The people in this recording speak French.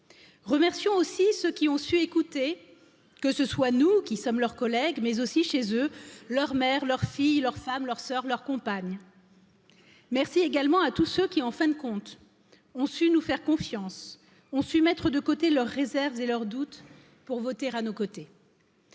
Remercions aussi ceux qui ont su que ce soit nous qui sommes leurs collègues, mais aussi Ch, chez eux, leur mère, leur fille, leur femme, leur sœur, leur compagne. Merci également à tous ceux qui, en fin de compte, ont confiance, ont su mettre de côté leurs réserves et leurs doutes pour voter à nos côtés.